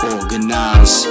Organize